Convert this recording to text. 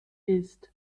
ist